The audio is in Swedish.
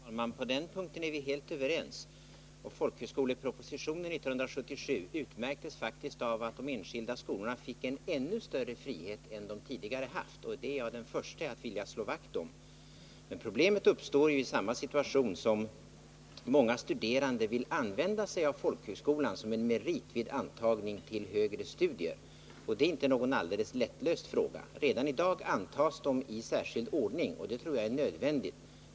Herr talman! På den punkten är vi helt överens. Folkhögskolepropositionen 1977 utmärktes faktiskt av att de enskilda skolorna fick en ännu större frihet än de tidigare haft, och det är jag den förste att vilja slå vakt om. Men problemet uppstår ju i den situationen då många studerande vill använda sig av folkhögskolan som en merit vid antagning till högre studier, och det är inte en helt lättlöst fråga. Redan i dag antas de i särskild ordning, och det tror jag är nödvändigt.